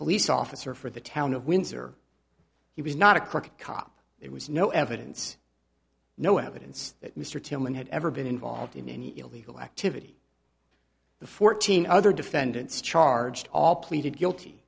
police officer for the town of windsor he was not a crooked cop there was no evidence no evidence that mr tillman had ever been involved in any illegal activity the fourteen other defendants charged all pleaded guilty